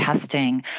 testing